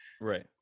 Right